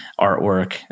artwork